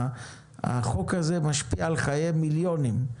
החוק הזה משפיע על חיי מיליונים.